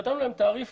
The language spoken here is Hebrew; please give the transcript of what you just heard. נתנו להם תעריף